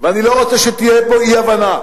ואני לא רוצה שתהיה פה אי-הבנה.